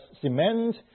cement